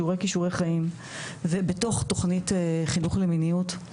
שיעורי כישורי חיים ובתוך תוכנית חינוך למיניות,